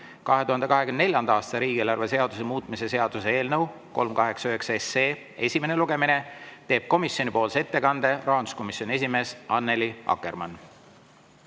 2024. aasta riigieelarve seaduse muutmise seaduse eelnõu 389 esimene lugemine, teeb komisjonipoolse ettekande rahanduskomisjoni esimees Annely Akkermann.